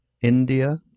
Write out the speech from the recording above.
India